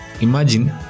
imagine